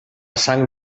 sang